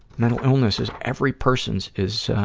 mental illness is every person's is,